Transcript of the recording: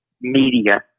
media